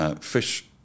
fish